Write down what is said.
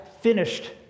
finished